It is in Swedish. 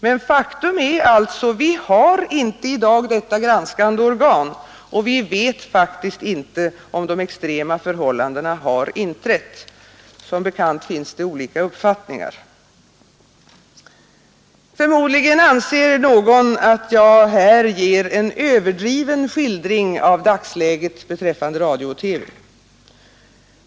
Men faktum är alltså att vi i dag inte har detta granskande organ — och vi vet faktiskt inte om de extrema förhållandena har inträtt. Det finns som bekant olika uppfattningar om det. Förmodligen anser någon att jag här har givit en överdriven skildring av dagsläget beträffande radio och TV.